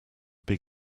big